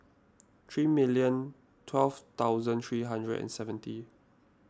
three million twelve thousand three hundred and seventy